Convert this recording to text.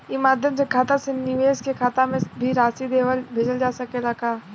ई माध्यम से खाता से विदेश के खाता में भी राशि भेजल जा सकेला का?